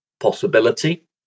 possibility